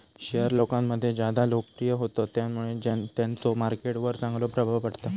share लोकांमध्ये ज्यादा लोकप्रिय होतत त्यामुळे त्यांचो मार्केट वर चांगलो प्रभाव पडता